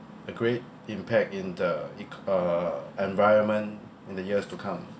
a great impact in the eco~ uh environment in the years to come